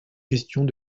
questions